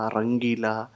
Rangila